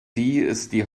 die